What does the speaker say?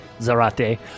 Zarate